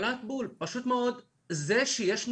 זה שיש עניים,